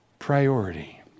priority